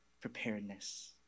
preparedness